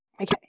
Okay